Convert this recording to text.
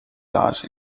last